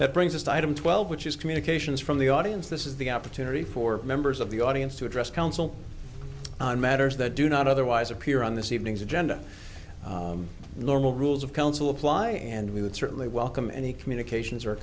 that brings us to item twelve which is communications from the audience this is the opportunity for members of the audience to address council on matters that do not otherwise appear on this evening's agenda normal rules of counsel apply and we would certainly welcome any communications or